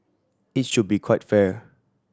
it should be quite fair